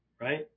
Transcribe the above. right